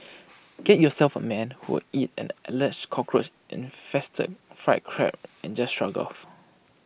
get yourself A man who will eat an Alleged Cockroach infested fried Crab and just shrug IT off